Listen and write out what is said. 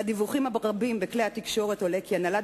מהדיווחים הרבים בכלי התקשורת עולה כי הנהלת